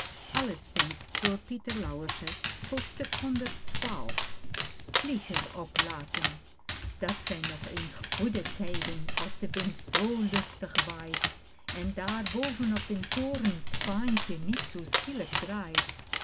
vlieger oplaten dat zijn nog eens goede tijden als de wind zoo lustig waait en daar boven op den toren t vaantje niet te schielijk draait